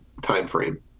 timeframe